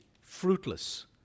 fruitless